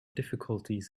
difficulties